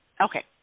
Okay